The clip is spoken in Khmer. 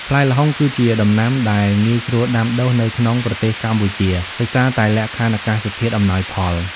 ផ្លែល្ហុងគឺជាដំណាំដែលងាយស្រួលដាំដុះនៅក្នុងប្រទេសកម្ពុជា ដោយសារតែលក្ខខណ្ឌអាកាសធាតុអំណោយផល។